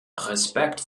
respekt